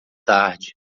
tarde